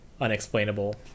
unexplainable